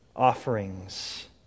offerings